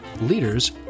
leaders